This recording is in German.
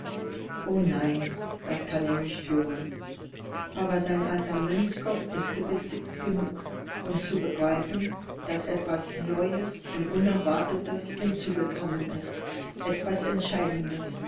o nein das kann er nicht hören aber sein alter mönchskopf ist gewitzigt genug um zu begreifen daß etwas neues und unerwartetes hinzugekommen ist etwas entscheidendes